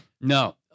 No